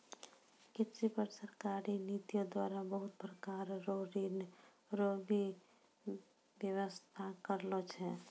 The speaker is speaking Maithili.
कृषि पर सरकारी नीतियो द्वारा बहुत प्रकार रो ऋण रो भी वेवस्था करलो छै